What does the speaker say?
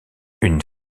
une